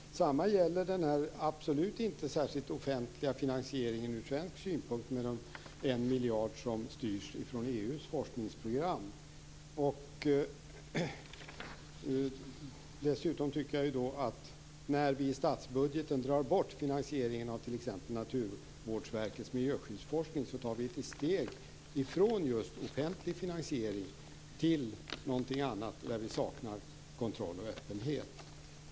Detsamma gäller den från svensk synpunkt absolut inte särskilt offentliga finansieringen, med 1 miljard som styrs av EU:s forskningsprogram. Jag tycker dessutom att åtgärden att ur statsbudgeten ta bort finansieringen av t.ex. Naturvårdsverkets miljöskyddsforskning innebär just ett steg bort från offentlig finansiering till någonting annat, där vi saknar kontroll och öppenhet.